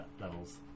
levels